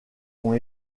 ont